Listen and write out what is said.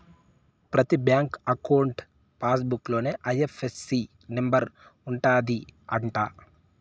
ప్రతి bank account passbook లోనే IFSC number ఉంటది అంట